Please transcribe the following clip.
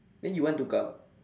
then you want to come